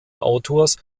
autors